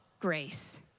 Grace